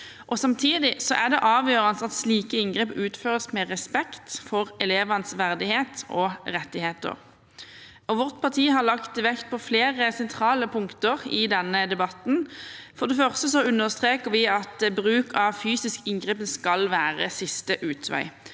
Samtidig er det avgjørende at slike inngrep utføres med respekt for elevenes verdighet og rettigheter. Vårt parti har lagt vekt på flere sentrale punkter i denne debatten. For det første understreker vi at bruk av fysisk inngripen skal være siste utvei